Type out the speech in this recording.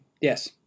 yes